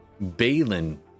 Balin